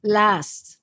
last